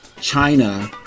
China